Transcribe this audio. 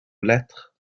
lettres